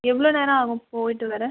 எவ்வளோ நேரம் ஆகும் போய்ட்டு வர